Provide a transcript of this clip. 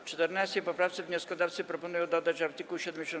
W 14. poprawce wnioskodawcy proponują dodać art. 76a.